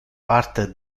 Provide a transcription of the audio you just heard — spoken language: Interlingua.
parte